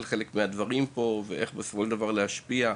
חלק מהדברים פה וכמובן איך בסופו של דבר נוכל להשפיע.